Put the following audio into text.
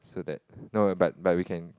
so that no err but but we can